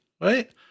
right